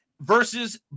versus